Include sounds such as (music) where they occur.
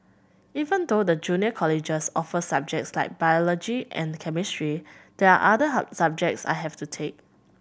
even though the junior colleges offer subjects like biology and chemistry there are other (unintelligible) subjects I have to take